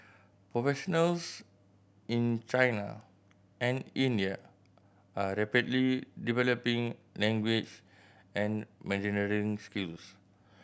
professionals in China and India are rapidly developing language and managerial skills